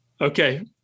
Okay